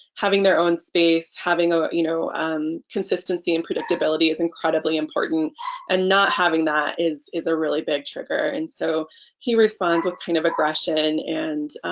having their own space, having ah you know um consistency and predictability is incredibly important and not having that is is a really big trigger and so he responds with kind of aggression and